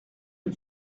rue